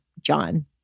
John